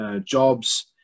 jobs